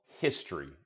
history